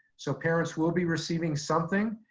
so parents will be receiving something,